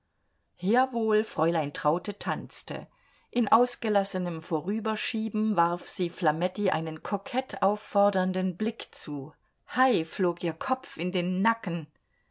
jawohl fräulein traute tanzte in ausgelassenem vorüberschieben warf sie flametti einen kokett auffordernden blick zu hei flog ihr kopf in den nacken